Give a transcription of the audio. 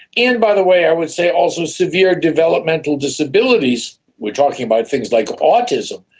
and, by the way, i would say also severe developmental disabilities. we're talking about things like autism,